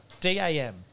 D-A-M